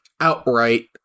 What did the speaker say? outright